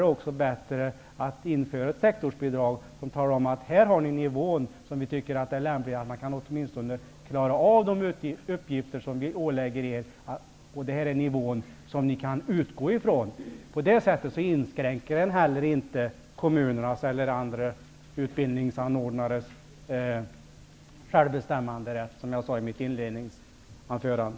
Det är då bättre att införa sektorsbidrag, som visar på vilken nivå verksamheterna skall klara de uppgifter som vi lägger på dem. På det sättet inskränker man inte heller kommunernas eller andra utbildningsanordnares självbestämmanderätt, som jag sade i mitt inledningsanförande.